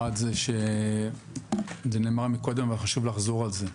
1. זה נאמר קודם אבל חשוב לחזור על זה.